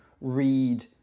read